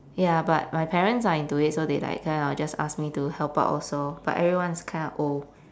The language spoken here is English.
ya but my parents are into it so they like kind of just ask me to help out also but everyone's kind of old